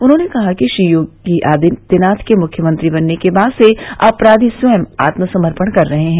उन्होंने कहा कि योगी आदित्यनाथ के मुख्यमंत्री बनने के बाद से अपराधी स्वयं आत्म समर्पण कर रहे है